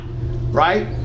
Right